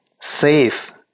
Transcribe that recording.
safe